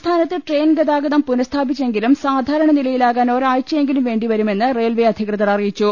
സംസ്ഥാനത്ത് ട്രെയിൻ ഗതാഗതം പുനഃസ്ഥാപിച്ചെങ്കിലും സാധാരണ നിലയിലാകാൻ ഒരാഴ്ചയെങ്കിലും വേണ്ടിവരുമെന്ന് റെയിൽവെ അധികൃതർ അറിയിച്ചു